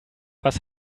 was